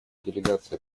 делегация